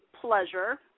pleasure